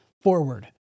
forward